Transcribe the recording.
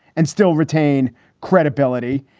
and still retain credibility.